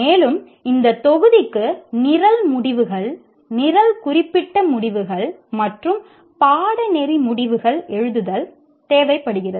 மேலும் இந்த தொகுதிக்கு நிரல் முடிவுகள் நிரல் குறிப்பிட்ட முடிவுகள் மற்றும் பாடநெறி முடிவுகள் எழுதுதல் தேவைப்படுகிறது